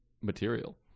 material